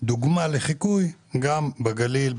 דוגמה לחיקוי גם בגליל,